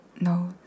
no